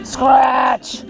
Scratch